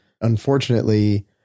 Unfortunately